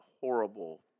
horrible